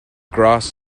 grass